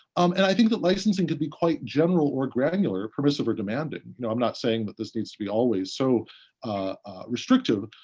and i think that licensing could be quite general or granular permissive or demanding. and you know i'm not saying that this needs to be always so restrictive.